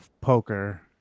poker